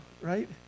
right